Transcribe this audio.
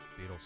Beatles